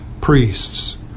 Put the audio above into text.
priests